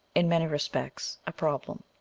in many respects, a problem.